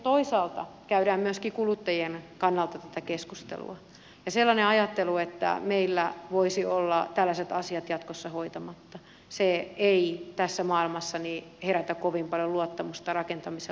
toisaalta käydään myöskin kuluttajien kannalta tätä keskustelua ja sellainen ajattelu että meillä voisi olla tällaiset asiat jatkossa hoitamatta ei tässä maailmassa herätä kovin paljon luottamusta rakentamisen laatuun